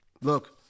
look